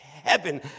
heaven